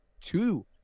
two